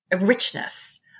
richness